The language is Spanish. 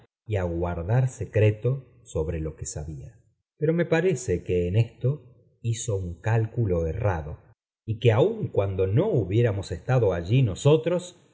a guardar secreto sobre lo que sabía fe rece que en esto hizo un cálculo errado y que aun cuando no hubiéramos estado allí nóí